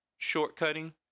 Shortcutting